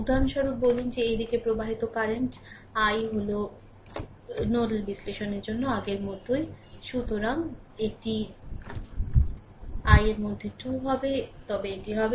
উদাহরণস্বরূপ বলুন যে এই দিকে প্রবাহিত কারেন্ট i হল নোডাল বিশ্লেষণের জন্য আগের মতোই সুতরাং এটি i এর মধ্যে 2 হবে তবে এটি হবে